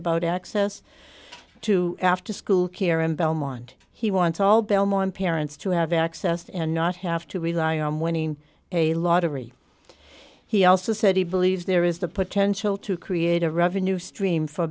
about access to after school care in belmont he wants all belmore and parents to have access to not have to rely on winning a lottery he also said he believes there is the potential to create a revenue stream for